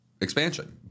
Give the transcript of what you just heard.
expansion